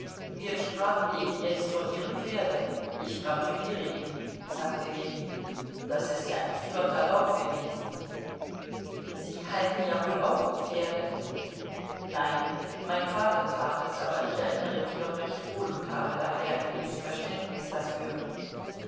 wir sprachen eben jetzt von ihrem pferde ich gratuliere ihnen sagte ljewin das ist ja ein sehr flotter lauf gewesen sie halten ja wohl auch pferde nein mein vater tat es aber ich erinnere mich noch recht wohl und habe daher ein wenig verständnis dafür